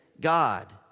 God